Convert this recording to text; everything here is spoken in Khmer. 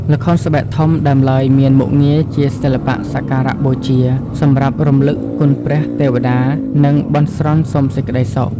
ល្ខោនស្បែកធំដើមឡើយមានមុខងារជាសិល្បៈសក្ការៈបូជា សម្រាប់រំលឹកគុណព្រះ ទេវតា និងបន់ស្រន់សុំសេចក្ដីសុខ ។